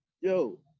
Yo